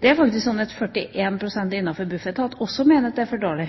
Det er faktisk slik at 41 pst. innenfor Bufetat også mener det er for dårlig.